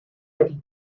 wedi